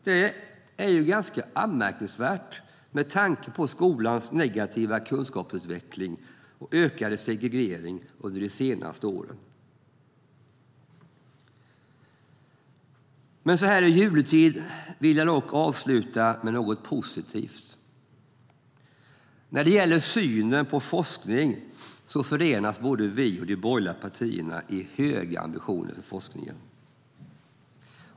Det är ganska anmärkningsvärt med tanke på skolans negativa kunskapsutveckling och ökade segregering under de senaste åren. Så här i juletid vill jag dock avsluta med något positivt. När det gäller synen på forskning förenas både vi och de borgerliga partierna i höga ambitioner för forskningen.